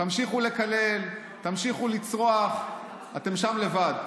תמשיכו לקלל, תמשיכו לצרוח, אתם שם לבד.